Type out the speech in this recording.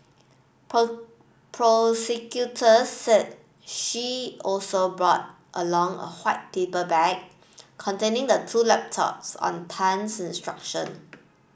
prosecutors said she also brought along a white paper bag containing the two laptops on Tan's instruction